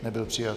Nebyl přijat.